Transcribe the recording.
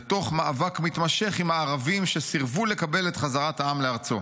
ותוך מאבק מתמשך עם הערבים שסירבו לקבל את חזרת העם לארצו.